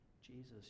Jesus